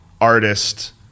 artist